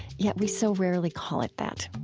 yet we so rarely call it that.